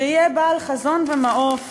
שיהיה בעל חזון ומעוף,